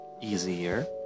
easier